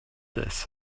this